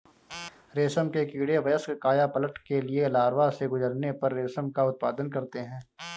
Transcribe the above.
रेशम के कीड़े वयस्क कायापलट के लिए लार्वा से गुजरने पर रेशम का उत्पादन करते हैं